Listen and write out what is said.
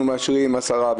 אנחנו מאשרים עשרה,